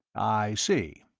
i see.